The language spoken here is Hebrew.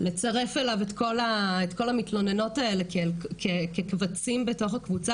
לצרף אליו את כל המתלוננות האלה כקבצים בתוך הקבוצה,